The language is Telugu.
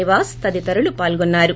నివాస్ తదితరులు పాల్గొన్నారు